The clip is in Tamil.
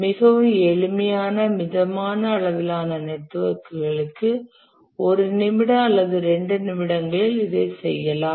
மிகவும் எளிமையான மிதமான அளவிலான நெட்வொர்க்குகளுக்கு ஒரு நிமிடம் அல்லது இரண்டு நிமிடங்களில் இதைச் செய்யலாம்